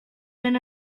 been